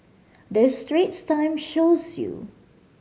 the Straits Times shows you